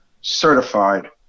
certified